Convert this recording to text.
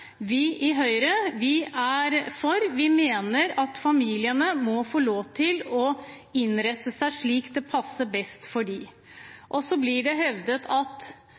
Vi i Høyre er for. Vi mener at familiene må få lov til å innrette seg slik det passer best for dem. Så blir det hevdet at